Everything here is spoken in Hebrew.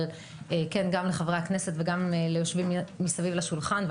אבל גם לחברי הכנסת וגם ליושבים מסביב לשולחן,